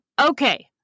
Okay